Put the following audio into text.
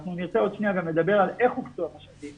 ואנחנו נרצה עוד שנייה גם לדבר על איך הוקצו המשאבים